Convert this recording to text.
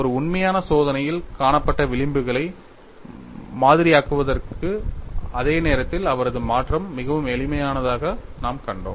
ஒரு உண்மையான சோதனையில் காணப்பட்ட விளிம்புகளை மாதிரியாக்குவதற்கு அதே நேரத்தில் அவரது மாற்றம் மிகவும் எளிமையானதாக நாம் கண்டோம்